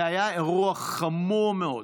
זה היה אירוע חמור מאוד.